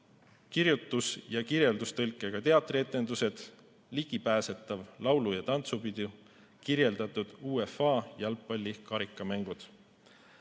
kirjutus- ja kirjeldustõlkega teatrietendused, ligipääsetav laulu- ja tantsupidu, kirjeldatud UEFA jalgpalli karikamängud